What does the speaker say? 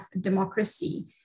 democracy